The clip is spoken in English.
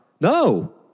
No